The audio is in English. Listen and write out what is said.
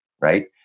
right